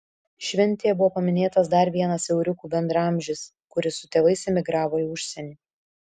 šventėje buvo paminėtas dar vienas euriukų bendraamžis kuris su tėvais emigravo į užsienį